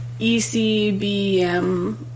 ECBM